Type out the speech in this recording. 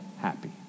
happy